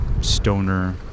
stoner